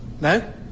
No